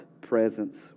presence